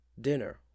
Dinner